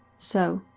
so,